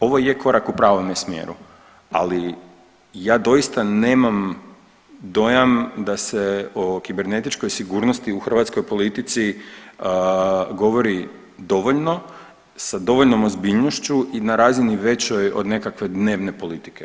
Ovo je korak u pravome smjeru, ali ja doista nemam dojam da se o kibernetičkoj sigurnosti u hrvatskoj politici govori dovoljno sa dovoljnom ozbiljnošću i na razini većoj od nekakve dnevne politike.